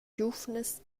giuvnas